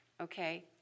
okay